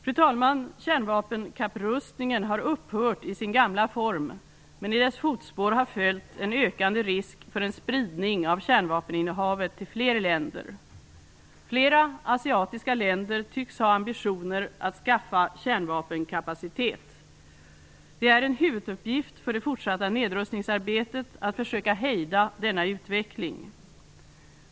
Fru talman! Kärnvapenkapprustningen har upphört i sin gamla form, men i dess fotspår har följt en ökande risk för en spridning av kärnvapeninnehavet till fler länder. Flera asiatiska länder tycks ha ambitioner att skaffa kärnvapenkapacitet. Det är en huvuduppgift för det fortsatta nedrustningsarbetet att försöka hejda denna utveckling.